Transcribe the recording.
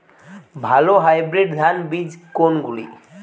ভালো হাইব্রিড ধান বীজ কোনগুলি?